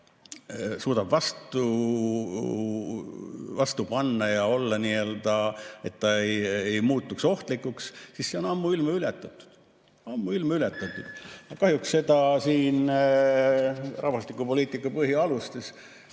suudab vastu panna ja olla, nii et see ei muutuks ohtlikuks. See on ammuilma ületatud, ammuilma ületatud. Kahjuks seda siin rahvastikupoliitika põhialustes,